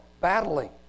battling